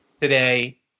today